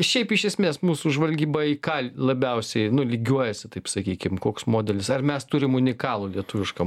šiaip iš esmės mūsų žvalgyba į ką labiausiai nu lygiuojasi taip sakykim koks modelis ar mes turim unikalų lietuvišką